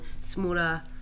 smaller